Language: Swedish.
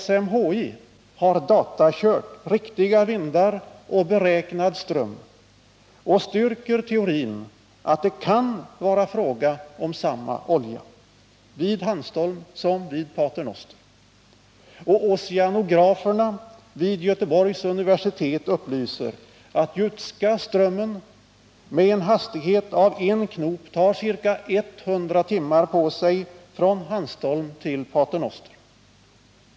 SMHI har datakört riktiga vindar och beräknad ström och styrker teorin att det kan vara fråga om samma olja vid Hanstholm som vid Pater Noster. Och oceanograferna vid Göteborgs universitet upplyser att Jutska strömmen med en hastighet av en knop tar ca 100 timmar på sig från Hanstholm till Pater Noster.